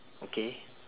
okay